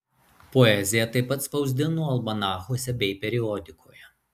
poeziją taip pat spausdino almanachuose bei periodikoje